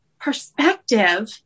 perspective